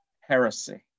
heresy